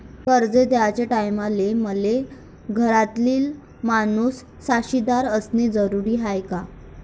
कर्ज घ्याचे टायमाले मले घरातील माणूस साक्षीदार असणे जरुरी हाय का?